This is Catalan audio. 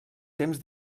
temps